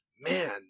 man